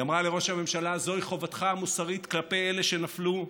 היא אמרה לראש הממשלה: "זוהי חובתך המוסרית כלפי אלה שנפלו,